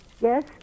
Yes